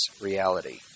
reality